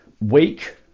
weak